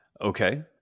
Okay